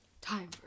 Time